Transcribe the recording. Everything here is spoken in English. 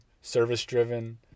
service-driven